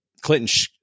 clinton